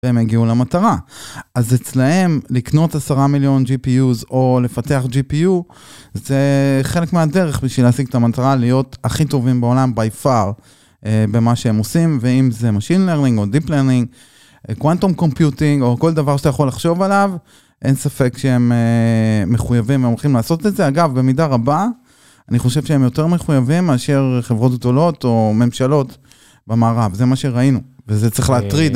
הם הגיעו למטרה אז אצלהם לקנות עשרה מיליון gpu או לפתח gpu זה חלק מהדרך בשביל להשיג את המטרה להיות הכי טובים בעולם by far. במה שהם עושים ואם זה machine learning או deep learning. קוונטום קומפיוטינג או כל דבר שאתה יכול לחשוב עליו אין ספק שהם מחויבים ומוכנים לעשות את זה אגב במידה רבה. אני חושב שהם יותר מחויבים מאשר חברות גדולות או ממשלות במערב זה מה שראינו וזה צריך להטריד.